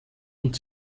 und